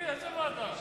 איזה ועדה?